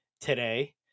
today